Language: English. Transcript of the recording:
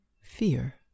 fear